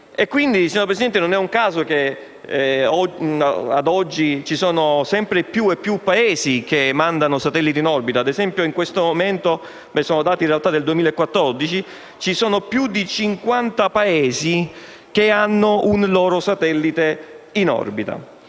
Quindi, signora Presidente, non è un caso che, ad oggi, vi siano sempre più Paesi che lanciano satelliti in orbita. Ad esempio, secondo i dati relativi al 2014, ci sono più di 50 Paesi che hanno un loro satellite in orbita